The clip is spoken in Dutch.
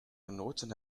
genoten